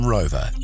Rover